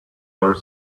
are